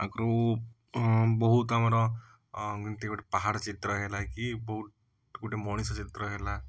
ଆଗରୁ ବହୁତ ଆମର ଏମିତି ଗୋଟେ ପାହାଡ଼ ଚିତ୍ର ହେଲାକି ବୋଟ ଗୋଟେ ମଣିଷ ଚିତ୍ର ହେଲା